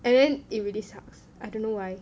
and then it really sucks I don't know why